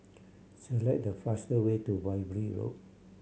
select the fast way to Road